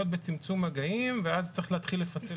בצמצום מגעים ואז צריך להתחיל לפצל כיתות.